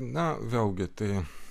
na vėlgi tai